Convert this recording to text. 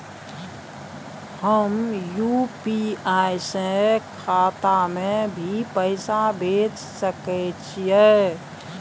हम यु.पी.आई से खाता में भी पैसा भेज सके छियै?